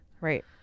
Right